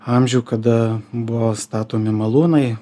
amžių kada buvo statomi malūnai